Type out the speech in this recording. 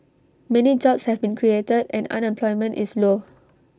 many jobs have been created and unemployment is low